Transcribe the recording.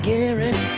Gary